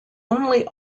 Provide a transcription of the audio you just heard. only